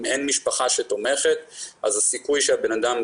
אם אין משפחה שתומכת אז הסיכוי שהבן-אדם,